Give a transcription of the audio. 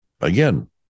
Again